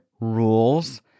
rules